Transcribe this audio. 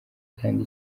kandi